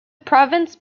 province